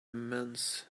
immense